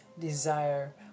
desire